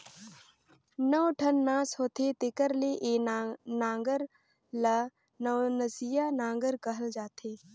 नौ ठन नास होथे तेकर ले ए नांगर ल नवनसिया नागर कहल जाथे